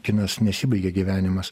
kinas nesibaigia gyvenimas